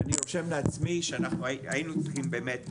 ואני רושם לעצמי שאנחנו היינו צריכים באמת,